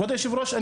כבוד היושב ראש,